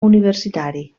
universitari